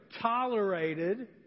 tolerated